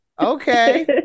Okay